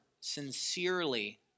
sincerely